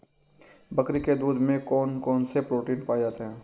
बकरी के दूध में कौन कौनसे प्रोटीन पाए जाते हैं?